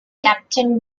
captain